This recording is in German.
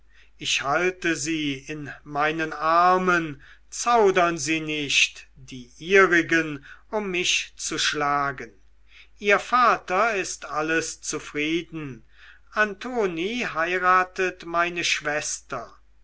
ich halte sie in meinen armen zaudern sie nicht die ihrigen um mich zu schlagen ihr vater ist alles zufrieden antoni heiratet meine schwester